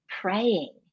praying